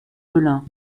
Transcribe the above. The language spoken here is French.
velin